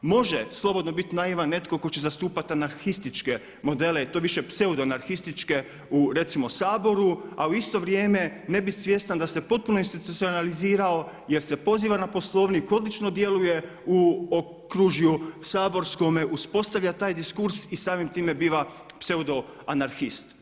Može slobodno biti naivan netko tko će zastupati anarhističke modele i to više pseudo anarhističke u recimo Saboru, a u isto vrijeme ne bit svjestan da se potpuno institucionalizirao jer se poziva na Poslovnik, odlično djeluje u okružju saborskome, uspostavlja taj diskurs i samim time biva pseudo anarhist.